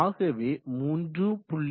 ஆகவே 3